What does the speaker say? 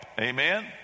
Amen